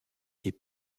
est